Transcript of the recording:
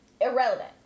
irrelevant